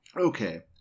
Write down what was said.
Okay